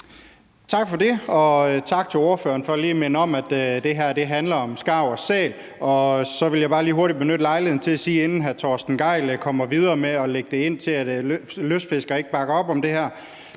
Tak for det, og tak til ordføreren for lige at minde om, at det her handler om skarv og sæl. Jeg vil bare lige hurtigt benytte lejligheden til at sige, inden her Torsten Gejl kommer videre med at lægge op til, at lystfiskere ikke bakker op om det her,